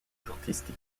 artistique